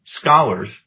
scholars